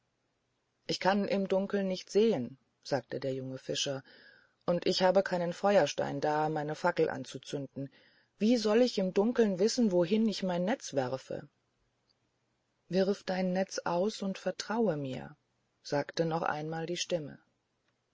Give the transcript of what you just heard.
ich kann im dunkeln nicht sehen sagte der junge fischer und ich habe keinen feuerstein da meine fackel anzuzünden wie soll ich im dunkeln wissen wohin ich mein netz werfe wirf dein netz aus und vertraue mir sagte noch einmal die stimme